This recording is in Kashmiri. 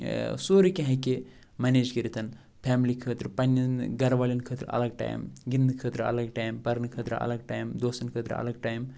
سورُے کیٚنہہ ہٮ۪کہِ مَنیج کٔرِتھ فیملی خٲطرٕ پَنٛنیٚن گَرٕ والیٚن خٲطرٕ اَلگ ٹایم گِنٛدنہٕ خٲطرٕ الگ ٹایَم پَرنہٕ خٲطرٕ الگ ٹایَم دوسَن خٲطرٕ الگ ٹایَم